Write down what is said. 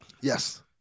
Yes